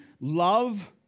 love